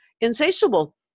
insatiable